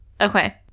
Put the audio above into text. okay